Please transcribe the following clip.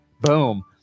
boom